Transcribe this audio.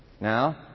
now